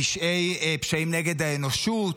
פשעים נגד האנושות,